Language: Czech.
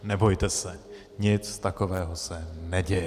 Nebojte se, nic takového se neděje.